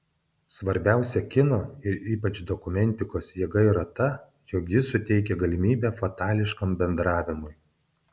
svarbiausia kino ir ypač dokumentikos jėga yra ta jog ji suteikia galimybę fatališkam bendravimui